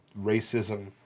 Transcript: racism